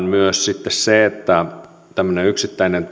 myös se todetaan että tämmöinen yksittäinen